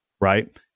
right